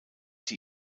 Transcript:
die